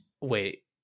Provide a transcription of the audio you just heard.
wait